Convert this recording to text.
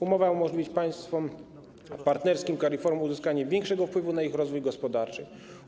Umowa umożliwi państwom partnerskim CARIFORUM uzyskanie większego wpływu na ich rozwój gospodarczy.